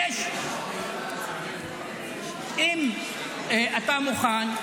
אם אתה מוכן,